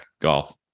golf